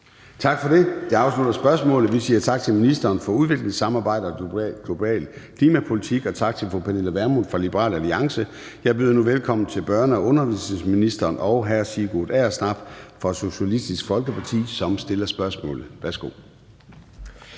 Tak for det. Det afslutter spørgsmålet. Vi siger tak til ministeren for udviklingssamarbejde og global klimapolitik og tak til fru Pernille Vermund fra Liberal Alliance. Jeg byder nu velkommen til børne- og undervisningsministeren og til hr. Sigurd Agersnap fra Socialistisk Folkeparti, som stiller spørgsmålet. Kl.